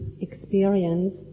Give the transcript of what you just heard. experience